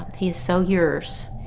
he is so yours,